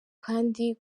kandi